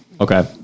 Okay